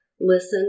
listen